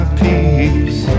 peace